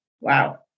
wow